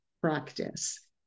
practice